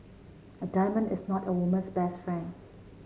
a diamond is not a woman's best friend